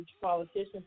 politicians